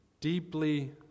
deeply